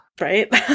Right